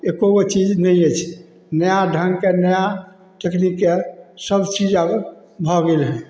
एकोगो चीज नहि अछि नया ढङ्गके नया टेकनिकके सबचीज आब भऽ गेल हइ